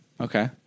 Okay